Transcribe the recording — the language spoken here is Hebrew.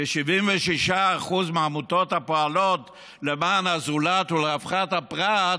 כי 76% מהעמותות הפועלות למען הזולת ולרווחת הפרט,